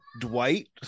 Dwight